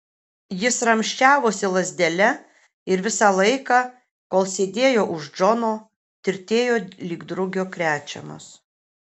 jis ramsčiavosi lazdele ir visą laiką kol sėdėjo už džono tirtėjo lyg drugio krečiamas